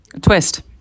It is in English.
Twist